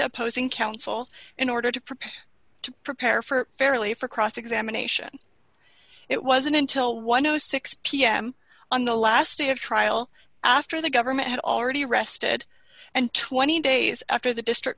opposing counsel in order to prepare to prepare for fairly for cross examination it wasn't until one hundred and six pm on the last day of trial after the government had already rested and twenty days after the district